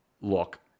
look